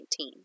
2019